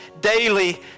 daily